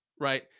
right